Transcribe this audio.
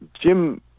Jim